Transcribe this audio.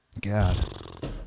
God